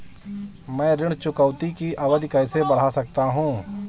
मैं ऋण चुकौती की अवधि कैसे बढ़ा सकता हूं?